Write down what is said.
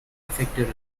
defective